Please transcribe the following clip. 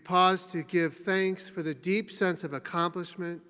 pause to give thanks for the deep sense of accomplishment,